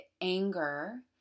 anger